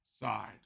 side